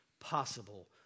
possible